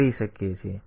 તેથી આપણે બીટ 1